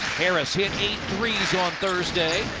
harris hit eight threes on thursday.